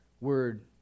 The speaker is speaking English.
word